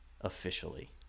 officially